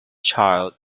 child